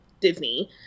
Disney